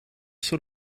sort